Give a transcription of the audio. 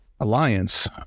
alliance